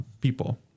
people